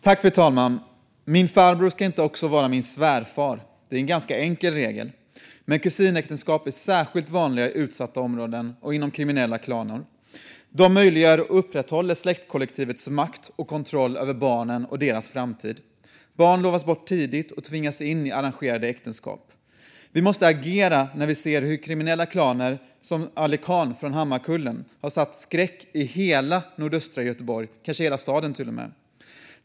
Fru talman! Min farbror ska inte också vara min svärfar. Det är en ganska enkel regel. Men kusinäktenskap är särskilt vanliga i utsatta områden och inom kriminella klaner. De möjliggör och upprätthåller släktkollektivets makt och kontroll över barnen och deras framtid. Barn lovas bort tidigt och tvingas in i arrangerade äktenskap. Vi måste agera när vi ser hur kriminella klaner som Ali Khan från Hammarkullen har satt skräck i hela nordöstra Göteborg och kanske till och med i hela staden.